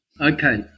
Okay